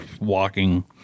Walking